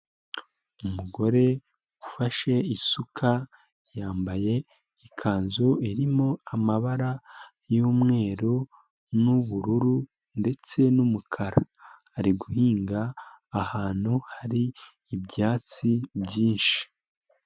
Umugore ufashe isuka yambaye ikanzu irimo amabara y'umweru n'ubururu ndetse n'umukara. Ari guhinga ahantu hari ibyatsi byinshi.